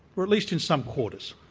or at least in some quarters.